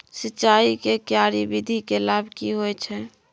सिंचाई के क्यारी विधी के लाभ की होय छै?